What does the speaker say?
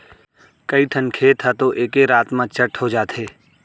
कइठन खेत ह तो एके रात म चट हो जाथे